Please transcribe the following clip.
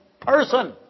person